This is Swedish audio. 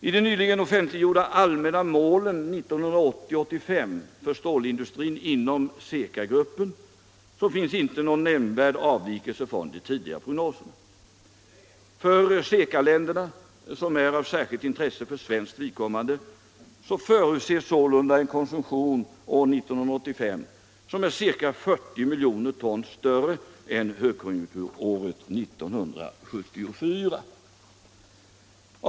I de nyligen offentliggjorda allmänna målen 1980-1985 för stålindustrin inom CECA-gruppen finns det inte någon nämnvärd avvikelse från de tidigare prognoserna. För CECA-länderna, som är av särskilt intresse för svenskt vidkommande, förutses sålunda år 1985 en konsumtion som är ca 70 miljoner ton större än under högkonjunkturåret 1974.